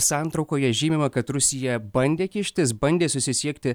santraukoje žymima kad rusija bandė kištis bandė susisiekti